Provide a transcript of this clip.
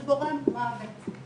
זה גורם מוות.